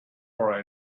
for